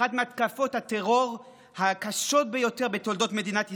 אחת מההתקפות הטרור הקשות ביותר בתולדות מדינת ישראל,